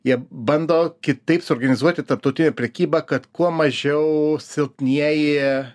jie bando kitaip suorganizuoti tarptautinę prekybą kad kuo mažiau silpnieji